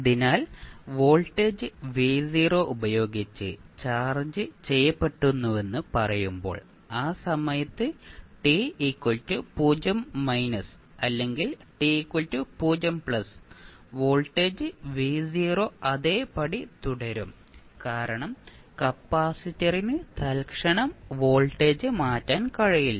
അതിനാൽ വോൾട്ടേജ് ഉപയോഗിച്ച് ചാർജ്ജ് ചെയ്യപ്പെട്ടുവെന്ന് പറയുമ്പോൾ ആ സമയത്ത് t 0 അല്ലെങ്കിൽ t 0 വോൾട്ടേജ് അതേപടി തുടരും കാരണം കപ്പാസിറ്ററിന് തൽക്ഷണം വോൾട്ടേജ് മാറ്റാൻ കഴിയില്ല